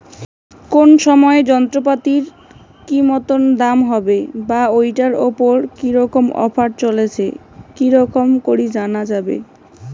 কোন সময় যন্ত্রপাতির কি মতন দাম হবে বা ঐটার উপর কি রকম অফার চলছে কি রকম করি জানা যাবে?